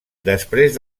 després